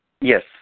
Yes